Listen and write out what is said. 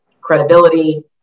credibility